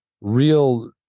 real